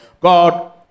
God